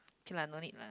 okay lah no need